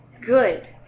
good